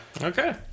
Okay